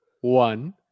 one